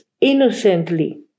innocently